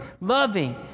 loving